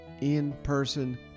in-person